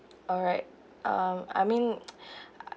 alright um I mean